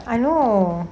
I know